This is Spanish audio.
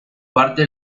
parte